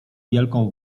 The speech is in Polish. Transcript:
wielką